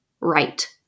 right